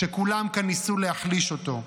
כשכולם כאן ניסו להחליש אותו,